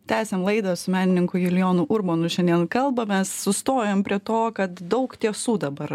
tęsiam laidą su menininku julijonu urbonu ir šiandien kalbamės sustojom prie to kad daug tiesų dabar